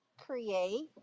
create